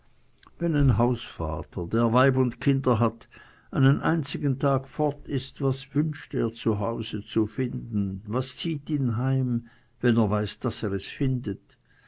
wenn ein hausvater der weib und kind hat einen einzigen tag fort ist was wünscht er zu hause zu finden was zieht ihn heim wenn er weiß daß er es findet